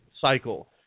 cycle